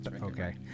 Okay